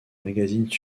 magazines